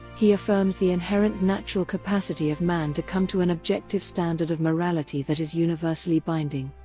he affirms the inherent natural capacity of man to come to an objective standard of morality that is universally binding.